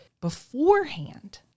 beforehand